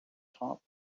top